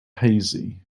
hazy